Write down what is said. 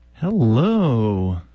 Hello